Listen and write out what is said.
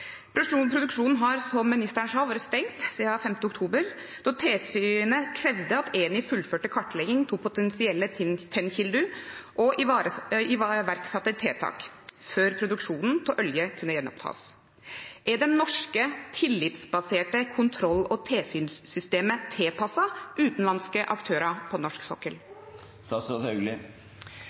Produksjonen har – som ministeren sa – vært stengt siden 5. oktober, da tilsynet krevde at Eni fullførte kartleggingen av potensielle tennkilder og iverksatte tiltak før produksjonen av olje kunne gjenopptas. Er det norske tillitsbaserte kontroll- og tilsynssystemet tilpasset utenlandske aktører på norsk sokkel?